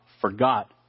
forgot